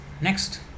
next